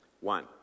One